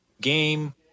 game